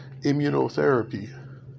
immunotherapy